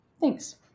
thanks